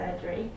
surgery